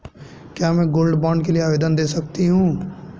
क्या मैं gold bond के लिए आवेदन दे सकती हूँ?